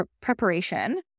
preparation